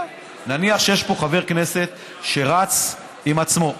נניח שיש פה חבר כנסת שרץ עם עצמו,